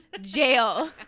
jail